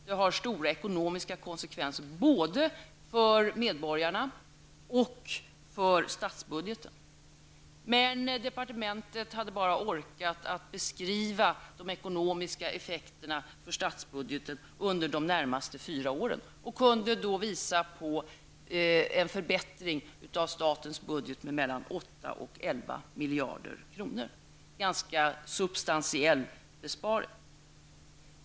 Det har stora ekonomiska konsekvenser både för medborgarna och för statsbudgeten, men departementet hade bara orkat att beskriva de ekonomiska effekterna för statsbudgeten under de närmaste fyra åren och kunde då visa på en förbättring av statens budget med mellan åtta och elva miljarder kronor, en ganska substantiell besparing.